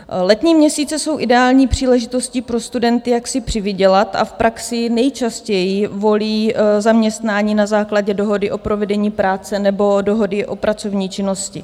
Letní měsíce jsou ideální příležitostí pro studenty, jak si přivydělat, a v praxi nejčastěji volí zaměstnání na základě dohody o provedení práce nebo dohody o pracovní činnosti.